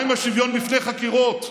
מה עם השוויון בפני חקירות,